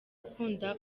ukunda